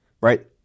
right